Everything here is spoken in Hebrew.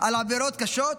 על עבירות קשות?